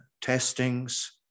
testings